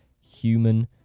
human